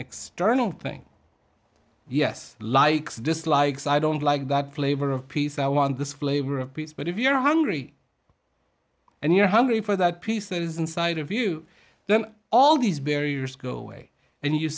external thing yes likes dislikes i don't like that flavor of peace i want this flavor of peace but if you're hungry and you're hungry for that peace that is inside of you then all these barriers go away and you